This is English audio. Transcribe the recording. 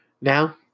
Now